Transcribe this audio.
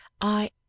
I